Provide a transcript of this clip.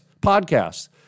podcasts